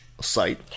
site